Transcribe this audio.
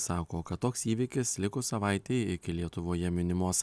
sako kad toks įvykis likus savaitei iki lietuvoje minimos